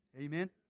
Amen